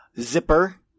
Zipper